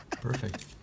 perfect